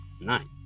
Nice